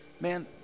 Man